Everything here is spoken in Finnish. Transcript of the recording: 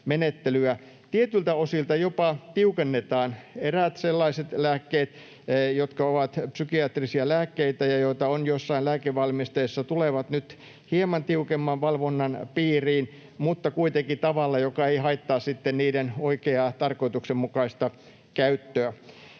tietyiltä osilta jopa tiukennetaan. Eräät sellaiset lääkkeet, jotka ovat psykiatrisia lääkkeitä ja joita on joissain lääkevalmisteissa, tulevat nyt hieman tiukemman valvonnan piiriin, mutta kuitenkin tavalla, joka ei haittaa niiden oikeaa, tarkoituksenmukaista käyttöä.